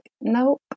Nope